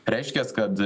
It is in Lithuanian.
reiškias kad